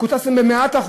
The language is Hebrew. קוצץ להם ב-100%,